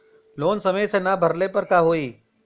Loan समय से ना भरले पर का होयी?